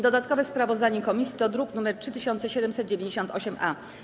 Dodatkowe sprawozdanie komisji to druk nr 3798-A.